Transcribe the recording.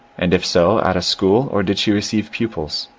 and if so, at a school, or did she receive pupils?